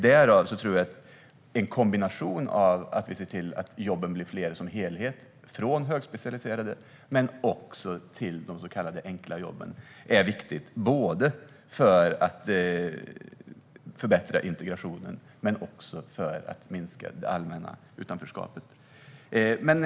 Jag tror att en kombination av att vi ser till att jobben som helhet blir fler - både högspecialiserade och så kallade enkla jobb - är viktigt både för att förbättra integrationen och för att minska det allmänna utanförskapet.